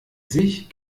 sich